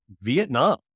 Vietnam